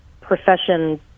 profession